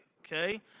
Okay